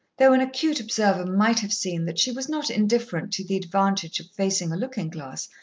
though an acute observer might have seen that she was not indifferent to the advantage of facing a looking-glass,